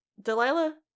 Delilah